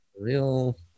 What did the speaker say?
Real